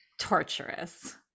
torturous